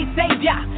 savior